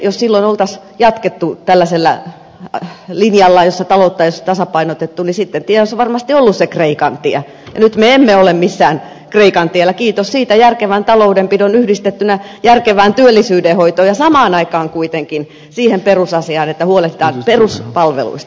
jos silloin olisi jatkettu tällaisella linjalla jossa taloutta ei olisi tasapainotettu niin sitten tie olisi varmasti ollut se kreikan tie ja nyt me emme ole missään kreikan tiellä kiitos järkevän taloudenpidon yhdistettynä järkevään työllisyyden hoitoon ja samaan saikaan kuitenkin siihen perusasiaan että huolehditaan peruspalveluista